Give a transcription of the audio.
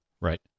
Right